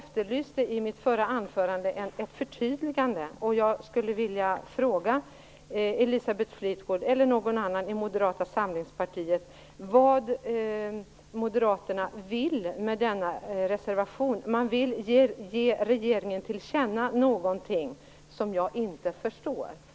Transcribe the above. I mitt förra anförande efterlyste jag ett förtydligande och skulle vilja fråga Elisabeth Fleetwood, eller någon annan i Moderata samlingspartiet, vad moderaterna vill med denna reservation. Man vill ge regeringen till känna något som jag inte förstår.